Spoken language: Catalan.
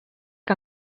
que